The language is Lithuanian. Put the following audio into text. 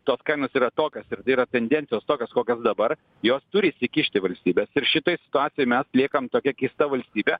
tos kainos yra tokios ir yra tendencijos tokios kokios dabar jos turi įsikišti valstybės ir šitoj situacijoj mes liekam tokia keista valstybė